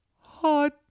Hot